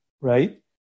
right